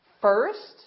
First